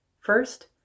First